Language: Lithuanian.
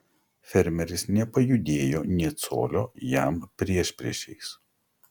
fermeris nepajudėjo nė colio jam priešpriešiais